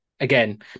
Again